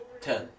Ten